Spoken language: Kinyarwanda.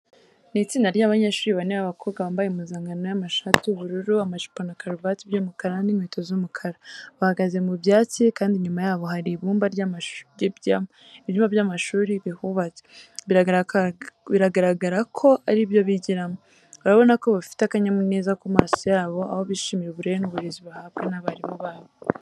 Ni itsinda ry'abanyeshuri bane b'abakobwa bambaye impuzangano y'amashati y'ubururu, amajipo na karuvati by'umukara n'inkweto z'umukara. Bahagaze mu byatsi kandi inyuma yabo hari ibyumba by'amashuri bihubatse, bigaragara ko ari ibyo bigiramo. Urabona ko bafite akanyamuneza ku maso yabo, aho bishimira uburere n'uburezi bahabwa n'abarimu babo.